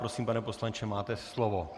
Prosím, pane poslanče, máte slovo.